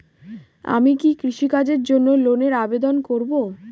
আমি কি কৃষিকাজের জন্য লোনের আবেদন করব?